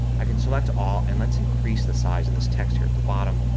i can select all and let's increase the size of this text here at the bottom.